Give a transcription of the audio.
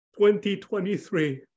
2023